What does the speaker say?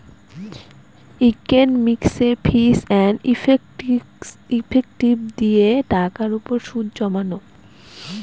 ইকনমিকসে ফিচ and effective দিয়ে টাকার উপর সুদ জমানো